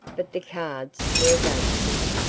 but the cards were against him.